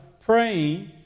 praying